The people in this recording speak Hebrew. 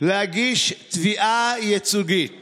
להגיש תביעה ייצוגית